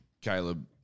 Caleb